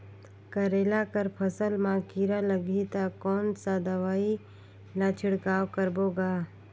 करेला कर फसल मा कीरा लगही ता कौन सा दवाई ला छिड़काव करबो गा?